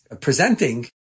presenting